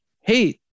hey